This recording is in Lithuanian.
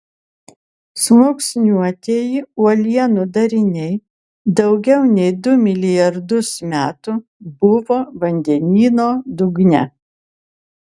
sluoksniuotieji uolienų dariniai daugiau nei du milijardus metų buvo vandenyno dugne